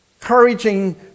encouraging